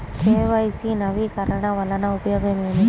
KYC నవీకరణ వలన ఉపయోగం ఏమిటీ?